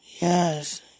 Yes